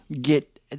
get